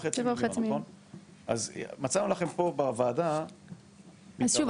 7,500,000. אז מצאנו לכם פה בוועדה פתרון